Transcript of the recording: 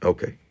Okay